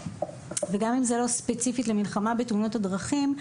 וגם אם זה לא ספציפית למלחמה בתאונות הדרכים.